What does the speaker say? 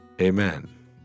Amen